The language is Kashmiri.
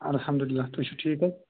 الحَمدُاللہ تُہۍ چھِوٕ ٹھیٖک حظ